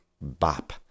bop